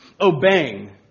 obeying